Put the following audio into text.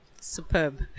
Superb